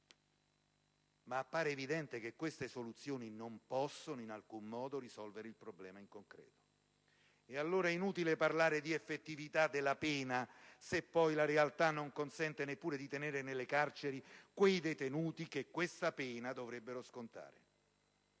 ma appare evidente che queste soluzioni non possono in alcun modo risolvere il problema in concreto. E allora è inutile parlare di effettività della pena se poi la realtà non consente neppure di tenere nelle carceri quei detenuti che quella pena dovrebbero scontare.